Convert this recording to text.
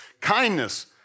Kindness